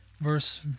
verse